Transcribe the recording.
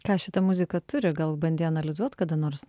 ką šita muzika turi gal bandei analizuot kada nors